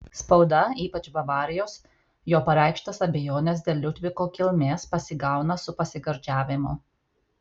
spauda ypač bavarijos jo pareikštas abejones dėl liudviko kilmės pasigauna su pasigardžiavimu